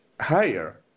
higher